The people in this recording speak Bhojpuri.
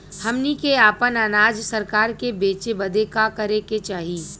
हमनी के आपन अनाज सरकार के बेचे बदे का करे के चाही?